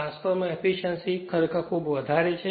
transformer efficiency ખરેખર ખૂબ વધારે છે